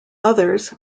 others